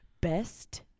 best